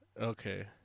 Okay